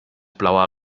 blauer